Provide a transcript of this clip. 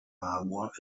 marmor